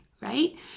right